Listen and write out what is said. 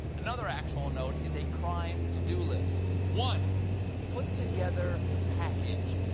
another actual note is a crime to-do list one put together package.